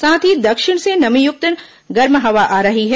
साथ ही दक्षिण से नमीयुक्त गर्म हवा आ रही है